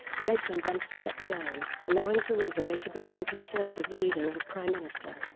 leadsom then stepped down, allowing theresa may to become conservative leader and prime minister.